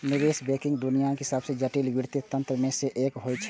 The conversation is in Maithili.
निवेश बैंकिंग दुनियाक सबसं जटिल वित्तीय तंत्र मे सं एक होइ छै